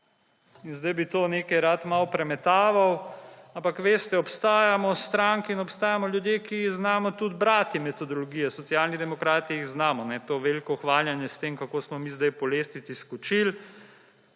In zdaj bi to nekaj rad malo premetaval, ampak veste, obstajamo stranke in obstajamo ljudje, ki znamo tudi brati metodologije. Socialni demokrati jih znamo. To veliko hvaljenje s tem, kako smo mi zdaj po lestvici skočili,